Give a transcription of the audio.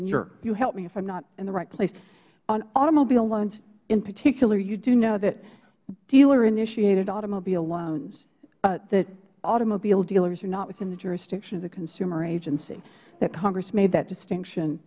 and you help me if i am not in the right place on automobile loans in particular you do know that dealerinitiated automobile loans that automobile dealers are not within the jurisdiction of the consumer agency that congress made that distinction